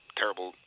terrible